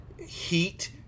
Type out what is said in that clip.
Heat